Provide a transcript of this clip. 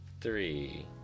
three